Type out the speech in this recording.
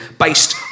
based